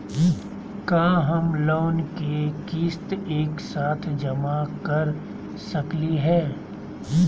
का हम लोन के किस्त एक साथ जमा कर सकली हे?